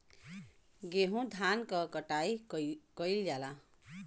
गेंहू धान क कटाई कइल जाला